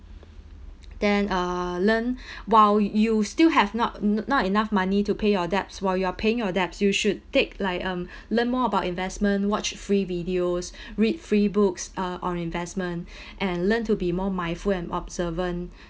then uh learn while you still have not not enough money to pay your debts while you are paying your debts you should take like um learn more about investment watch free videos read free books uh on investment and learn to be more mindful and observant